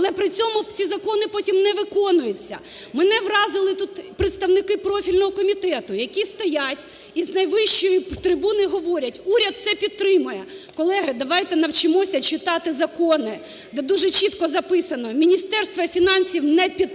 але при цьому ті закони потім не виконуються. Мене вразили тут представники профільного комітету, які стоять і з найвищої трибуни говорять, уряд це підтримує. Колеги, давайте навчимося читати закони, де дуже чітко записано: "Міністерство фінансів не підтримує